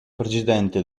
presidente